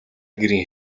гэрийн